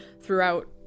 throughout